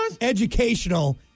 Educational